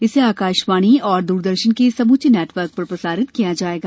इसे आकाशवाणी और दूरदर्शन के समूचे नेटवर्क पर प्रसारित किया जायेगा